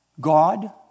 God